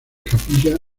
capilla